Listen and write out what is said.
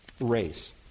race